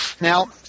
Now